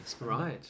Right